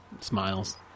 Smiles